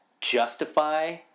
justify